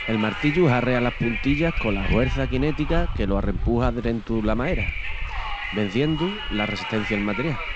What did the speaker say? El martillu harrea las puntillas cola huerça quinética que lo arrempuxa drentu la maera, venciendu la resestencia'l material.